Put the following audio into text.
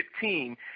team